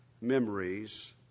memories